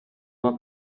want